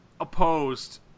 opposed